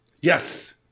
Yes